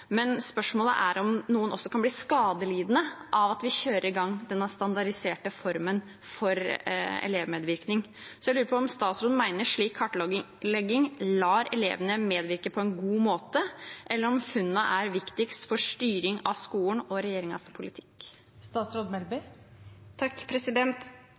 men spørsmålet er om noen også kan bli skadelidende av at vi kjører i gang denne standardiserte formen for elevmedvirkning. Jeg lurer på om statsråden mener slik kartlegging lar elevene medvirke på en god måte, eller om funnene er viktigst for styring av skolen og regjeringens politikk.